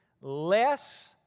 less